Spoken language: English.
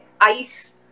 ice